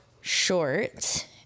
short